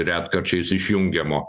retkarčiais išjungiamo